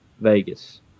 Vegas